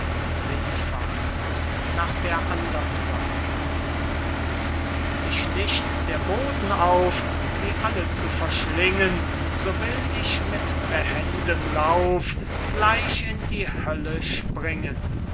nach der andern seite und thut sich nicht der boden auf sie alle zu verschlingen so will ich mit behendem lauf gleich in die hölle springen